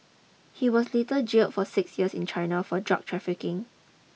he was later jailed for six years in China for drug trafficking